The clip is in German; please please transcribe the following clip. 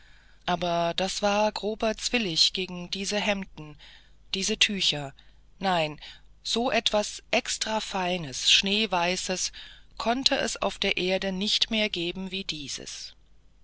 aber das war grober zwillich gegen diese hemden diese tücher nein so etwas extrafeines schneeweißes konnte es auf der erde nicht mehr geben wie dieses